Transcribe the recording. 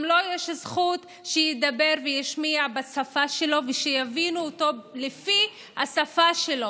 גם לו יש זכות שידבר וישמיע בשפה שלו ושיבינו אותו לפי השפה שלו.